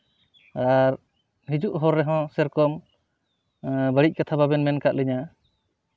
ᱟᱨ ᱦᱤᱡᱩᱜ ᱦᱚᱨ ᱨᱮᱦᱚᱸ ᱥᱮᱨᱚᱠᱚᱢ ᱵᱟᱹᱲᱤᱡ ᱠᱟᱛᱷᱟ ᱵᱟᱵᱮᱱ ᱢᱮᱱ ᱠᱟᱜ ᱞᱤᱧᱟ